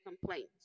complaints